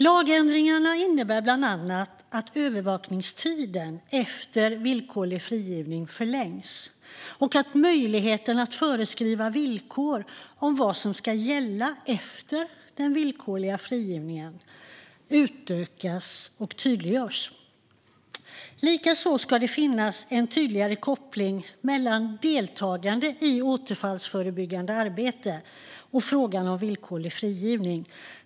Lagändringarna innebär bland annat att övervakningstiden efter villkorlig frigivning förlängs och att möjligheten att föreskriva villkor om vad som ska gälla efter den villkorliga frigivningen utökas och tydliggörs. Likaså ska det finnas en tydligare koppling mellan deltagande i återfallsförebyggande arbete och villkorlig frigivning.